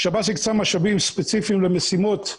שב"ס הקצה משאבים ספציפיים למשימות אלה.